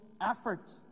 effort